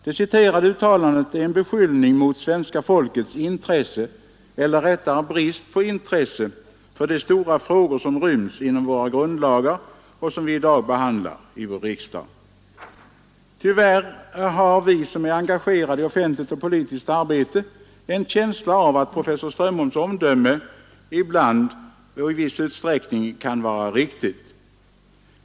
Det citerade uttalandet är en beskyllning mot svenska folkets intresse — eller rättare sagt brist på intresse — för de stora frågor som ryms inom våra grundlagar och som vi i dag behandlar i vår riksdag. Tyvärr har vi som är engagerade i offentligt och politiskt arbete en känsla av att professor Strömholms omdöme i viss utsträckning kan vara riktigt.